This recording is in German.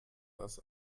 das